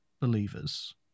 believers